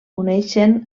uneixen